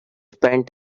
spend